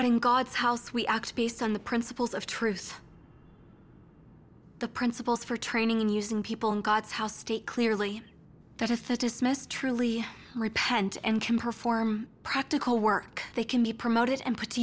in god's house we act based on the principles of truth the principles for training in using people in god's house state clearly that if it is most truly repent and can perform practical work they can be promoted and put to